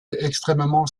extrêmement